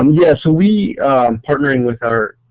um yeah so we partnering with our